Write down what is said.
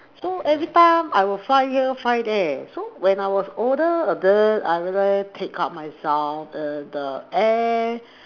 so every time I will fly here fly there so when I was older a bit I will like take up myself in the air